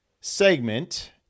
segment